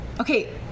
okay